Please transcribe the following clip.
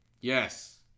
Yes